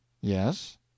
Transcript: Yes